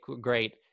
great